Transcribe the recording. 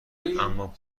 اما